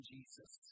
Jesus